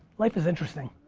life is interesting.